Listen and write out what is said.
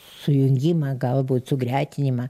sujungimą galbūt sugretinimą